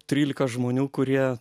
trylika žmonių kurie